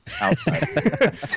outside